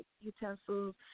utensils